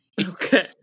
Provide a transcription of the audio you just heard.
Okay